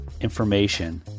information